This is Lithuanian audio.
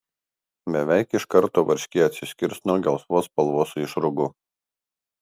beveik iš karto varškė atsiskirs nuo gelsvos spalvos išrūgų